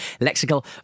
lexical